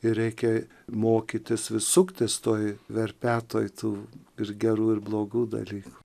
ir reikia mokytis vis suktis toj verpetoj tų ir gerų ir blogų dalykų